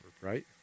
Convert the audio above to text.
right